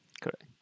Correct